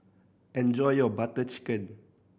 enjoy your Butter Chicken